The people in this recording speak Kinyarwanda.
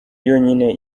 yonyine